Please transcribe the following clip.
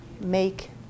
make